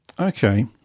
Okay